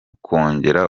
kongera